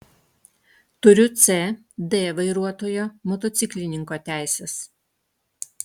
turiu c d vairuotojo motociklininko teises